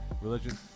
Religion